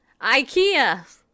Ikea